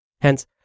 Hence